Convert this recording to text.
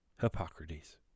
Hippocrates